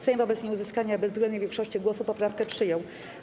Sejm wobec nieuzyskania bezwzględnej większości głosów poprawkę przyjął.